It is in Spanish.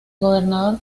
gobernador